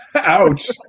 Ouch